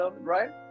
right